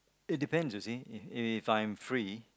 it depend you see if if I'm free